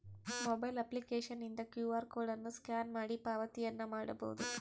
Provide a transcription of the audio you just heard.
mobile ಅಪ್ಲಿಕೇಶನ್ನಿಂದ Q R code ಅನ್ನು scan ಮಾಡಿ ಪಾವತಿಯನ್ನ ಮಾಡಬೊದು